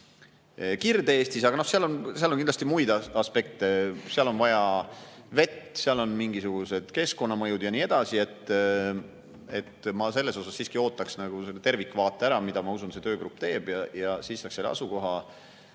Kirde-Eestis. Aga seal on kindlasti ka muid aspekte. Seal on vaja vett, seal on mingisugused keskkonnamõjud ja nii edasi. Ma siiski ootaks tervikvaate ära, mille, ma usun, see töögrupp [esitab]. Siis saaks selle asukoha